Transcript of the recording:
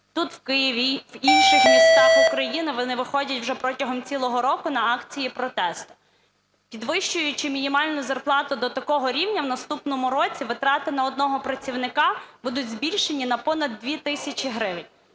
тут, в Києві, і в інших містах України, вони виходять вже протягом цілого року на акції протесту. Підвищуючи мінімальну зарплату до такого рівня в наступному році, витрати на одного працівника будуть збільшені на понад 2 тисячі гривень.